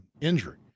injury